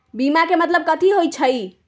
बीमा के मतलब कथी होई छई?